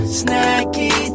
snacky